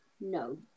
no